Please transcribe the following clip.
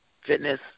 fitness